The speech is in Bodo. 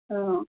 दङ